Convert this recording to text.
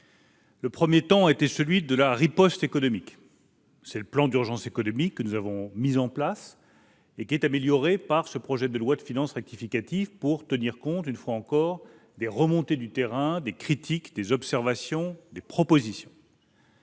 Le premier temps a été celui de la riposte économique : c'est le plan d'urgence économique que nous avons mis en place et qui est amélioré par ce projet de loi de finances rectificative, lequel tient compte, je le répète, des remontées du terrain, des critiques, des observations et des propositions.